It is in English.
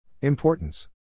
Importance